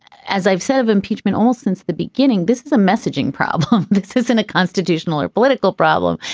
as i've said of impeachment all since the beginning, this is a messaging problem. this isn't a constitutional or political problem.